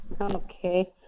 Okay